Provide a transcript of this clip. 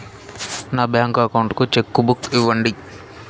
నా bank account కు cheque book ఇవ్వండి